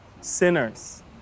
sinners